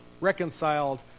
reconciled